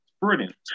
brilliant